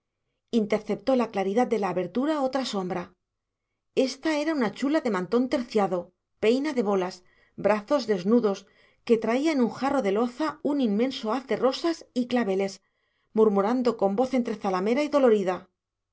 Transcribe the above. interceptó la claridad de la abertura otra sombra esta era una chula de mantón terciado peina de bolas brazos desnudos que traía en un jarro de loza un inmenso haz de rosas y claveles murmurando con voz entre zalamera y dolorida